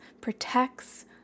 protects